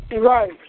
Right